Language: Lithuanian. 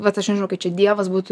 vat aš nežinau kai čia dievas būtų